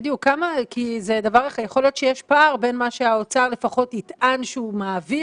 כי יכול להיות שיש פער בין מה שהאוצר לפחות יטען שהוא מעביר,